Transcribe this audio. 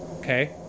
Okay